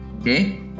Okay